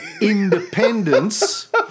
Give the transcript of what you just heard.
independence